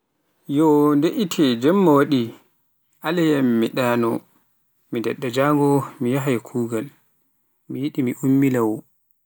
Yoo en ndeƴƴu, de'ite non jemma waɗi aleyam mi mi daɗɗa jango mi yahaay kuugal, mi yiɗi miummilaawoo.